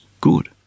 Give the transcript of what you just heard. good